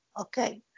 okay